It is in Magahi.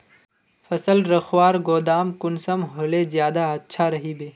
फसल रखवार गोदाम कुंसम होले ज्यादा अच्छा रहिबे?